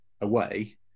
away